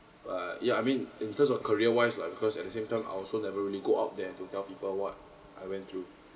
but ya I mean in terms of career wise lah because at the same time I also never really go out there to tell people what I went through